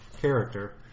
character